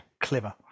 Clever